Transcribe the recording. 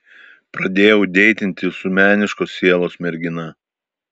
pradėjau deitinti su meniškos sielos mergina